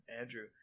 Andrew